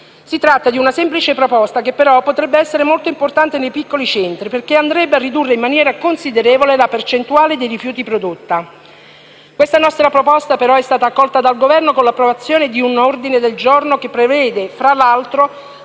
Si tratta di una semplice proposta, che però potrebbe essere molto importante nei piccoli centri, perché andrebbe a ridurre in maniera considerevole la percentuale dei rifiuti prodotta. Tuttavia questa nostra proposta è stata accolta dal Governo con l'approvazione di un ordine del giorno che prevede, fra l'altro,